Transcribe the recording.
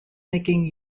making